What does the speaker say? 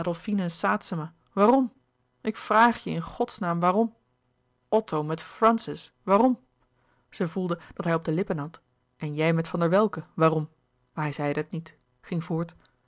saetzema waarom ik vraag je in godsnaam waarom otto met francis waarom zij voelde dat hij louis couperus de boeken der kleine zielen op de lippen had en jij met van der welcke waarom maar hij zeide het niet ging voort